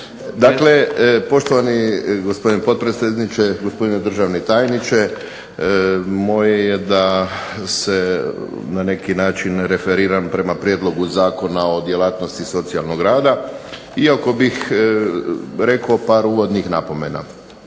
Dakle, poštovani gospodine potpredsjedniče, gospodine državni tajniče. Moje je da se na neki način referiram prema prijedlogu Zakona o djelatnosti socijalnog rada iako bih rekao par uvodnih napomena.